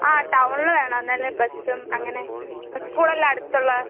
ആ ടൗണിൽ വേണം നല്ല ബസും അങ്ങനെ സ്കൂളെല്ലാം അടുത്തുള്ള